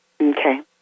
Okay